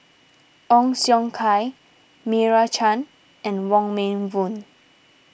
Ong Siong Kai Meira Chand and Wong Meng Voon